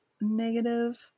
negative